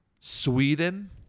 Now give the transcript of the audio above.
Sweden